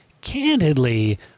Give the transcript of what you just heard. candidly